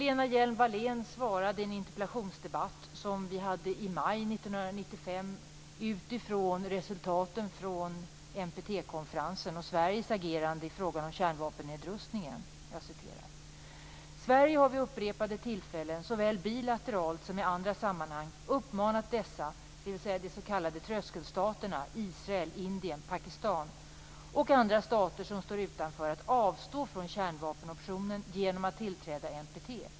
Lena Hjelm-Wallén svarade i en interpellationsdebatt som vi hade i maj 1995 utifrån resultaten från NPT-konferensen och Sveriges agerande i frågan om kärnvapennedrustningen: "Sverige har vid upprepade tillfällen, såväl bilateralt som i andra sammanhang, uppmanat dessa - dvs. de s.k. tröskelstaterna Israel, Indien och Pakistan - och andra stater som står utanför att avstå från kärnvapenoptionen genom att tillträda NPT.